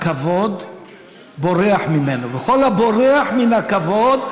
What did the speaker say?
הכבוד בורח ממנו, וכל הבורח מן הכבוד,